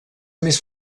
més